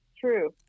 true